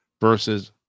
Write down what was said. versus